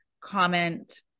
comment